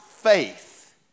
faith